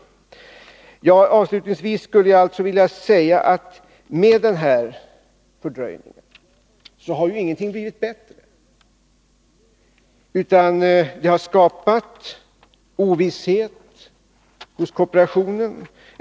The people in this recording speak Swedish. Avslutningsvis vill jag säga att med den här fördröjningen har ingenting blivit bättre. Den har skapat ovisshet hos kooperationen.